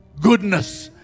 goodness